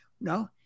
No